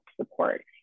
support